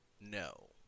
No